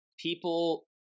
people